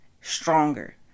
stronger